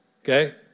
okay